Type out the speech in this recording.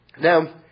Now